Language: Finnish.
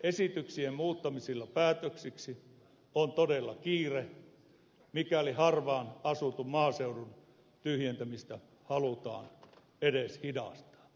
esityksien muuttamisilla päätöksiksi on todella kiire mikäli harvaanasutun maaseudun tyhjentämistä halutaan edes hidastaa